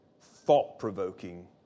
thought-provoking